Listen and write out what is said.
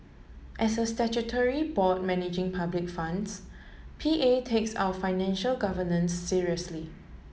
as a statutory board managing public funds P A takes our financial governance seriously